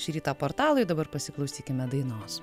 šį rytą portalai dabar pasiklausykime dainos